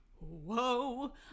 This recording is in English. whoa